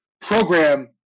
program